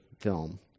film